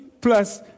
plus